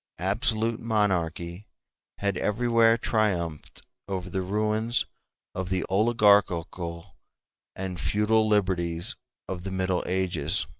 absolute monarchy had everywhere triumphed over the ruins of the oligarchical and feudal liberties of the middle ages.